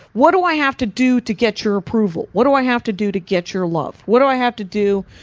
what do i have to do to get your approval, what do i have to do to get your love? what do i have to do?